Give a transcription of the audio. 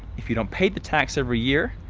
if you don't pay the tax every year,